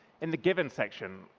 in the given section,